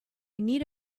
need